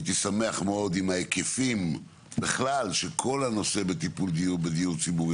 הייתי שמח מאוד אם ההיקפים בכלל של כל הנושא בטיפול בדיור ציבורי,